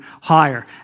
higher